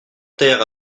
terres